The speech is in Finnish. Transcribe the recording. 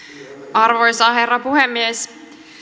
arvoisa herra puhemies